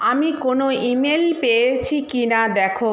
আমি কোনো ইমেল পেয়েছি কি না দেখো